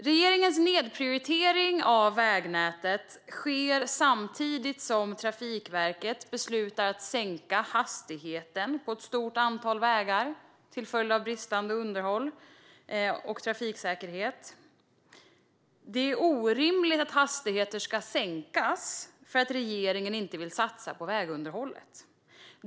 Regeringens nedprioritering av vägnätet sker samtidigt som Trafikverket beslutar att sänka hastigheten på ett stort antal vägar till följd av bristande underhåll och trafiksäkerhet. Det är orimligt att hastigheter ska sänkas för att regeringen inte vill satsa på vägunderhållet.